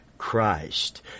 christ